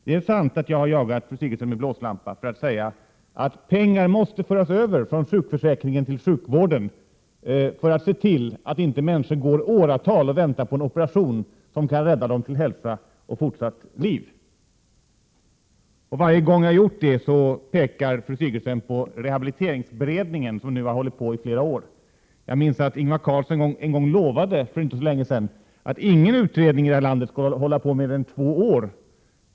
Det är sant att jag har jagat fru Sigurdsen med blåslampa för att se till att pengar förs över från sjukförsäkringen till sjukvården, så att människor inte skall behöva vänta i åratal på en operation som kan rädda dem till hälsa och fortsatt liv. Varje gång jag gjort det pekar fru Sigurdsen på rehabiliteringsberedningen, som nu hållit på i flera år. Jag minns att Ingvar Carlsson för inte så länge sedan lovade att ingen utredning i det här landet skulle hålla på i mer än två år.